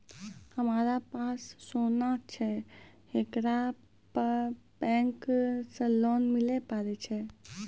हमारा पास सोना छै येकरा पे बैंक से लोन मिले पारे छै?